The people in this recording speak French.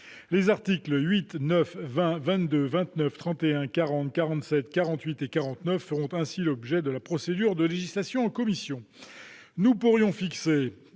Les articles 8, 9, 20, 22, 29, 31, 40, 47, 48 et 49 feront ainsi l'objet de la procédure de législation en commission.